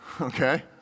Okay